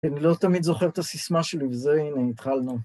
אני לא תמיד זוכר את הסיסמה שלי, וזה, הנה, התחלנו.